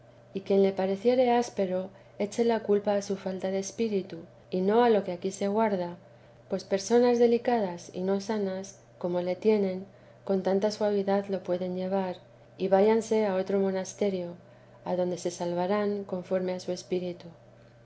y quien le pareciere áspero eche la culpa a su falta de espíritu y no a lo que aquí se guarda pues personas delicadas y no sanas porque le tienen con tanta suavidad lo pueden llevar y vayanse a otro monasterio adonde se salvarán conforme a su espíritu